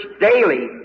daily